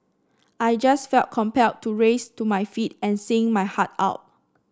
I just felt compelled to rise to my feet and sing my heart out